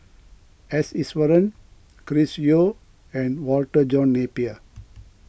S Iswaran Chris Yeo and Walter John Napier